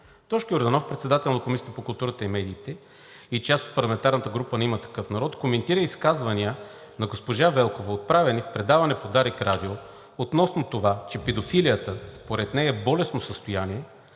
Тошко Йорданов, председател на Комисията по културата и медиите, и част от парламентарната група на „Има такъв народ“, коментира изказвания на госпожа Велкова, отправени в предаване по Дарик радио относно това, че педофилията, според нея, е болестно състояние,